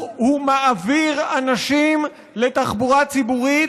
הוא מעביר אנשים לתחבורה ציבורית,